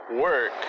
work